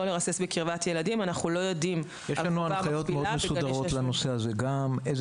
שלא לרסס בקרבת ילדים --- יש לנו הנחיות מאוד מסודרות לנושא הזה אילו